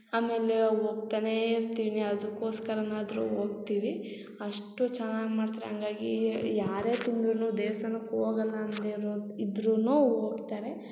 ಆಮೇಲೆ ಹೋಗ್ತನೇ ಇರ್ತೀನಿ ಅದಕ್ಕೋಸ್ಕರನಾದ್ರು ಹೋಗ್ತಿವಿ ಅಷ್ಟು ಚೆನ್ನಾಗಿ ಮಾಡ್ತಾರೆ ಹಂಗಾಗಿ ಯಾರೇ ತಿಂದರೂನು ದೇವ್ಸ್ಥಾನಕ್ಕೆ ಹೋಗಲ್ಲ ಅಂದೆ ಇರೋರು ಇದ್ರುನ್ಯೂ ಹೋಗ್ತಾರೆ